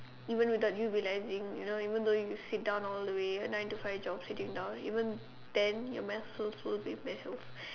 even without you realising you know even though you sit down all the way nine to five job sitting down even ten your muscles will be tense